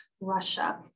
Russia